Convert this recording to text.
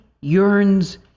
yearns